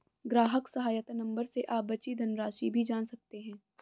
ग्राहक सहायता नंबर से आप बची धनराशि भी जान सकते हैं